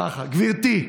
ככה: גברתי,